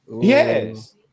yes